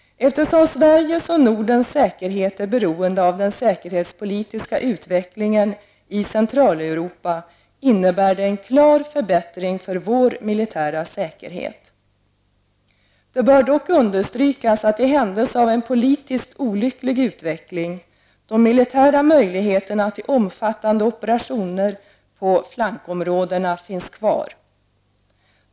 Eftersom Sveriges och Nordens säkerhet är beroende av den säkerhetspolitiska utvecklingen i Centraleuropa, innebär det en klar förbättring för vår militära säkerhet. Det bör dock understrykas att, i händelse av en politiskt olycklig utveckling, de militära möjligheterna till omfattande operationer på flankområdena finns kvar.